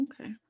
okay